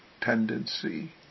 tendency